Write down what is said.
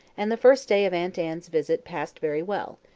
and the first day of aunt anne's visit passed very well,